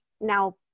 now